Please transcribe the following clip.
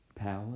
Power